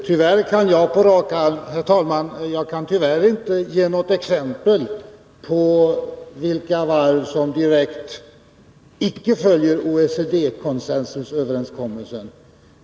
Herr talman! Tyvärr kan jag inte på rak arm ge något exempel på varv som direkt icke följer OECD:s consensusöverenskommelse.